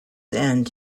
end